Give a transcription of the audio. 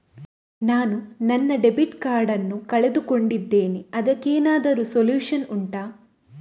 ನಾನು ನನ್ನ debit card ನ್ನು ಕಳ್ಕೊಂಡಿದ್ದೇನೆ ಅದಕ್ಕೇನಾದ್ರೂ ಸೊಲ್ಯೂಷನ್ ಉಂಟಾ